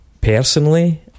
Personally